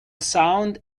sound